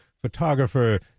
photographer